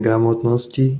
gramotnosti